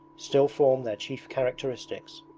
still form their chief characteristics.